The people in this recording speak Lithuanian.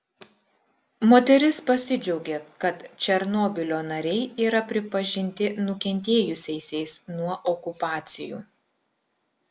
moteris pasidžiaugė kad černobylio nariai yra pripažinti nukentėjusiais nuo okupacijų